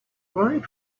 cried